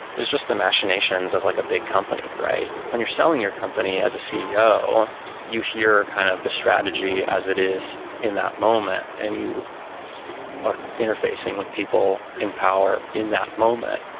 is just the machinations of like a big company, right? when you're selling your company as a ceo, you hear kind of the strategy as it is in that moment and you are interfacing with people in power in that moment.